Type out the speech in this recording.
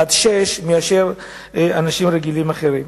עד פי-שישה מאשר אנשים רגילים אחרים.